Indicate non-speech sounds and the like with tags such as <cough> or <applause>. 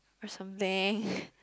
or something <breath>